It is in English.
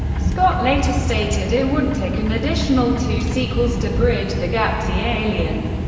scott later stated it would take an additional two sequels to bridge the gap to alien.